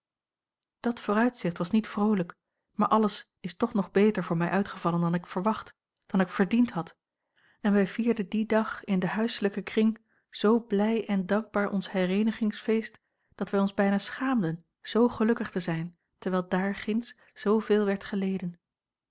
dat vooruitzicht was niet vroolijk maar alles is toch nog beter voor mij uitgevallen dan ik verwacht dan ik verdiend had en wij vierden dien dag in den huislijken kring zoo blij en dankbaar ons hereenigingsfeest dat wij ons bijna schaamden z a l g bosboom-toussaint langs een omweg gelukkig te zijn terwijl dààr ginds zooveel werd geleden